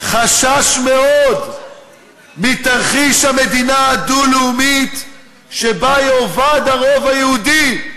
חשש מאוד מתרחיש המדינה הדו-לאומית שבה יאבד הרוב היהודי.